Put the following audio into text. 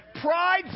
Pride